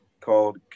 called